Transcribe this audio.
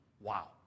Wow